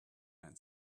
man